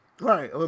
right